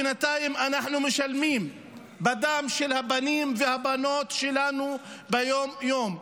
בינתיים אנחנו משלמים בדם של הבנים והבנות שלנו יום-יום.